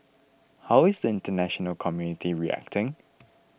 how is the international community reacting